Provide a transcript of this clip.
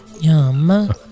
Yum